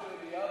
רגע,